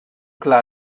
clar